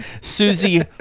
Susie